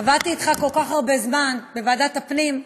עבדתי אתך כל כך הרבה זמן בוועדת הפנים,